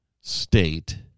state